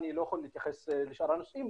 אני לא יכול להתייחס לשאר האנשים,